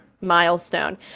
milestone